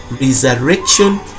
resurrection